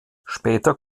später